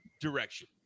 Direction